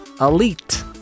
Elite